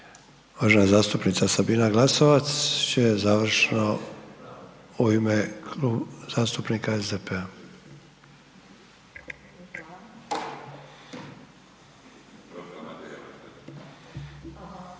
Uvažena zastupnica Sabina Glasovac će završno u ime Kluba zastupnika SDP-a.